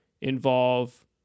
involve